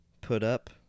put-up